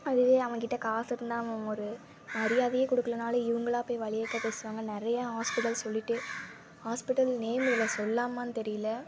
அதுவே அவங்கள்கிட்ட காசு இருந்தால் அவன் ஒரு மரியாதையே கொடுக்கலனாலும் இவங்களா போய் வழியக்க பேசுவாங்க நிறையா ஹாஸ்பிட்டல்ஸ் சொல்லிகிட்டே ஹாஸ்பிட்டல் நேம் இதில் சொல்லாமான்னு தெரியல